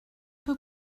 peu